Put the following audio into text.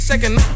Second